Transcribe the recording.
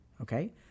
okay